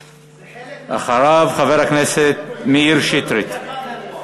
ואחריו, חבר הכנסת מאיר שטרית.